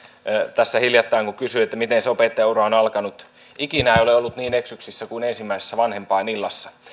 tässä hiljattain kun kysyin miten se opettajan ura on alkanut ikinä en ole ollut niin eksyksissä kuin ensimmäisessä vanhempainillassa